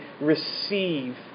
receive